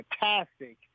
fantastic